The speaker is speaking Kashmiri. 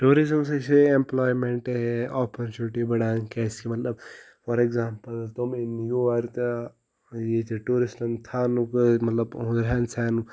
ٹیوٗرِزَم سۭتۍ چھِ یہِ اٮ۪ملایمٮ۪نٛٹ آپورچُنِٹی بَڑان کیٛازِکہِ مطلب فار اٮ۪کزامپٕل تم یِن یور تہٕ ییٚتہِ ٹیوٗرِسٹَن تھاونُک مطلب رہن سہن